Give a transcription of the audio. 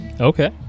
Okay